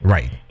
Right